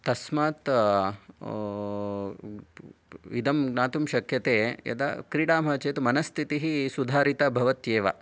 तस्मात् इदं ज्ञातुं शक्यते यदा क्रीडामः चेत् मनस्थितिः सुधारिता भवत्येव